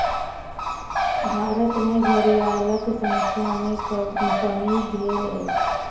भारत में घड़ियालक संख्या में कमी भेल अछि